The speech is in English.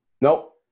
Nope